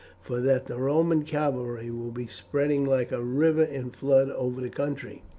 for that the roman cavalry will be spreading like a river in flood over the country.